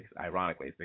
ironically